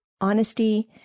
honesty